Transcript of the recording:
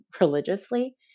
religiously